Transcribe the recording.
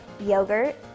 yogurt